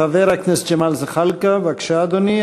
חבר הכנסת ג'מאל זחאלקה, בבקשה, אדוני.